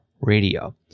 radio